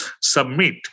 submit